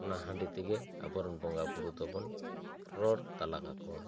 ᱱᱚᱣᱟ ᱦᱟᱺᱰᱤ ᱛᱮ ᱜᱮ ᱟᱵᱚ ᱨᱮᱱ ᱵᱚᱸᱜᱟ ᱵᱳᱨᱳ ᱫᱚ ᱵᱚᱱ ᱨᱚᱲ ᱛᱟᱞᱟ ᱠᱟᱠᱚᱣᱟ